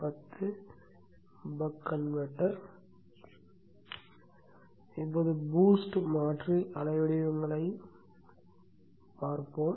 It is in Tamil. பக் கன்வெர்ட்டர் இப்போது BOOST மாற்றி அலைவடிவங்களைப் பார்ப்போம்